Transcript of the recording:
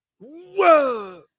whoa